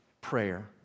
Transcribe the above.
prayer